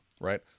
right